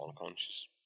unconscious